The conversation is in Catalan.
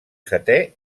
setè